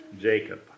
Jacob